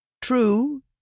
True